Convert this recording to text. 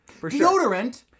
Deodorant